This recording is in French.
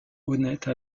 honnête